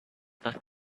that